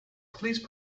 please